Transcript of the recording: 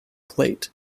plate